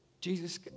Jesus